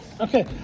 Okay